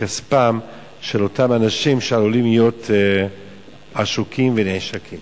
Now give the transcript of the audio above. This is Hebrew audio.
כספם של אותם אנשים שעלולים להיות עשוקים ונעשקים.